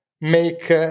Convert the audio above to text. make